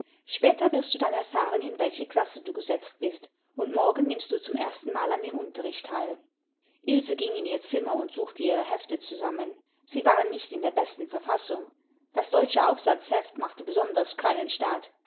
später wirst du dann erfahren in welche klasse du gesetzt bist und morgen nimmst du zum erstenmal an dem unterricht teil ilse ging in ihr zimmer und suchte ihre hefte zusammen sie waren nicht in der besten verfassung das deutsche aufsatzheft machte besonders keinen staat